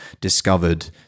discovered